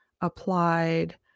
applied